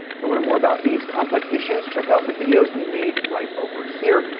to learn more about these complex issues, check out the videos we made right over here.